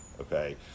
okay